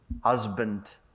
husband